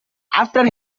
after